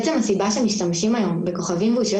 בעצם הסיבה שמשתמשים היום בכוכבים ואושיות